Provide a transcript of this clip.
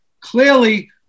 Clearly